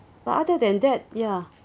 but other than that ya